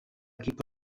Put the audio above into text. equip